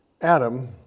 Adam